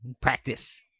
practice